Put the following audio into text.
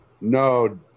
No